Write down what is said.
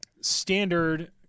Standard